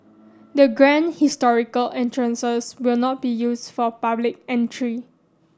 the grand historical entrances will not be used for public entry